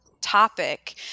topic